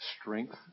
strength